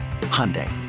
Hyundai